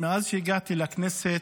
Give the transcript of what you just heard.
מאז שהגעתי לכנסת